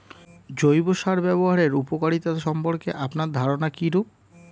জৈব সার ব্যাবহারের উপকারিতা সম্পর্কে আপনার ধারনা কীরূপ?